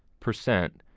percent,